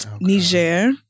Niger